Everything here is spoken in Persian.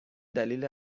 دلیل